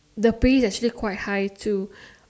the pay actually quite high too